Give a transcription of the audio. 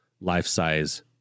life-size